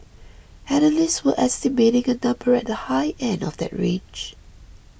analysts were estimating a number at the high end of that range